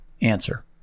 answer